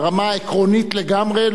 ברמה העקרונית לגמרי,